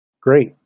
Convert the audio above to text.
Great